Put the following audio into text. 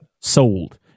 sold